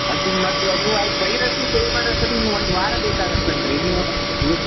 ಅದು ಮತ್ತು ಅದು ವೈರಷ್ಟೂ ಚೇಂಜ್ ಮಾಡೋ ಅಷ್ಟೊತ್ತಿಗೆ ಇನ್ನೂ ಒಂದು ವಾರ ಬೇಕಾಗತ್ತೆ ಕಣ್ರೀ ನೀವು ಹ್ಞೂ